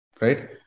right